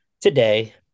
today